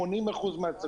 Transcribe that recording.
זה 80% מהעסקים